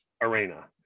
arena